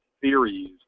theories